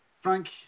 Frank